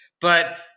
but-